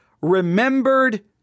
remembered